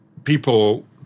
People